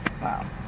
Wow